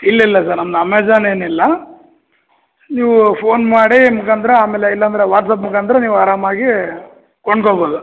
ಇಲ್ಲ ಇಲ್ಲ ಸರ್ ನಮ್ದು ಅಮೆಜಾನ್ ಏನಿಲ್ಲ ನೀವು ಫೋನ್ ಮಾಡಿ ಮುಖಾಂತರ ಆಮೇಲೆ ಇಲ್ಲಾಂದರೆ ವಾಟ್ಸ್ಆ್ಯಪ್ ಮುಖಾಂತರ ನೀವು ಆರಾಮಾಗಿ ಕೊಂಡ್ಕೋಬೌದು